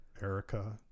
erica